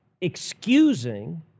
excusing